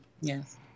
Yes